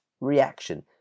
reaction